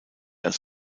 als